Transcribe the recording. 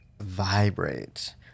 Vibrate